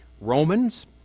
Romans